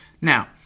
Now